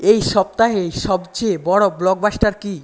এই সপ্তাহের সবচেয়ে বড় ব্লকবাস্টার কি